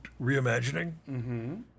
reimagining